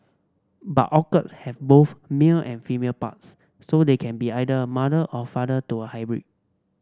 but orchid have both male and female parts so they can be either mother or father to a hybrid